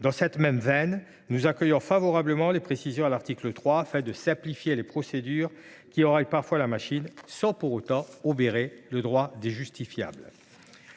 Dans cette même veine, nous accueillons favorablement les précisions apportées à l’article 3 afin de simplifier les procédures, qui enrayent parfois la machine, sans pour autant obérer les droits du justiciable.